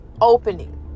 opening